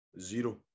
zero